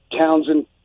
Townsend